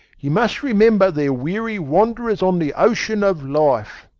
you must remember they're weary wanderers on the ocean of life.